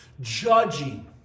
judging